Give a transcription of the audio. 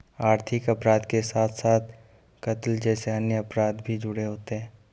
आर्थिक अपराध के साथ साथ कत्ल जैसे अन्य अपराध भी जुड़े होते हैं